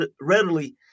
readily